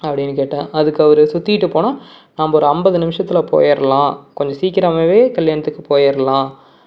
அப்படின்னு கேட்டேன் அதுக்கு அவரு சுற்றிக்கிட்டு போனால் நம்ம ஒரு ஐம்பது நிமிஷத்தில் போயிர்லாம் கொஞ்சம் சீக்கிரமாகவே கல்யாணத்துக்கு போயிர்லாம்